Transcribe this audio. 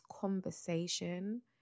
conversation